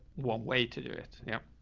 one way to do it. yup.